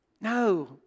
No